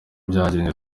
byagenze